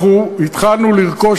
אנחנו התחלנו לרכוש.